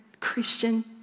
Christian